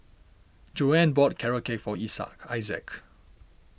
Joann bought Carrot Cake for Isaak